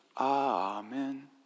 Amen